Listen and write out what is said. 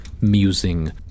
musing